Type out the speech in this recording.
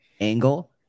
angle